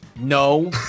No